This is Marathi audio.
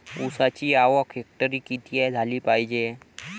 ऊसाची आवक हेक्टरी किती झाली पायजे?